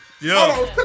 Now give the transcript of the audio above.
Yo